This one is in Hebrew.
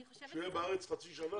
שיהיה בארץ חצי שנה.